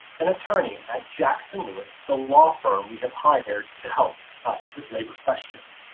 an attorney at jackson lewis, the law firm we have hired to help us with labor questions.